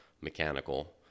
mechanical